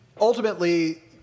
ultimately –